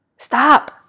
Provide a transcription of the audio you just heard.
stop